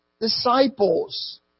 disciples